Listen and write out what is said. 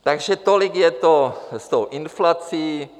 Takže tolik je to s tou inflací.